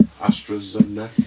astrazeneca